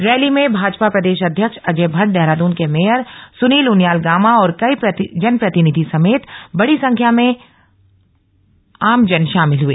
rally में भाजपा प्रदेश अध्यक्ष अजट भट्ट देहरादून के मेयर सुनील उनियाल गामा और कई जनप्रतिनिधि समेत बड़ी संख्या में आमजन शामिल हुए